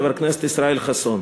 חבר הכנסת ישראל חסון.